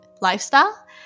lifestyle